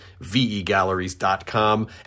vegalleries.com